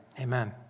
amen